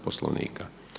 Poslovnika.